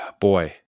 boy